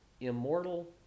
Immortal